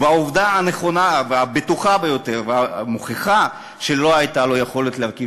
והעובדה הנכונה והבטוחה ביותר המוכיחה שלא הייתה לו יכולת להרכיב